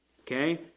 okay